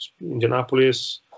Indianapolis